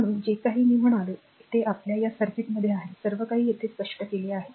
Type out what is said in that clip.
म्हणून जे काही मी म्हणालो ते आपल्या या सर्किट मध्ये आहे सर्व काही येथे स्पष्ट केले आहे